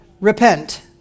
Repent